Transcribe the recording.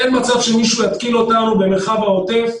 אין מצב שמישהו יתקיל אותנו במרחב העוטף,